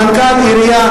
מנכ"ל עירייה,